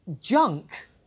junk